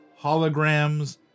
holograms